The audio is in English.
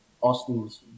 Austin's